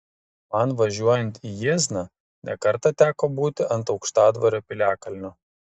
man važiuojant į jiezną ne kartą teko būti ant aukštadvario piliakalnio